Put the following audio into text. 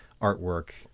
artwork